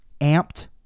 amped